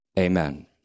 Amen